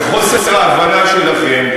בחוסר ההבנה שלכם,